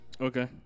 Okay